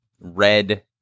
red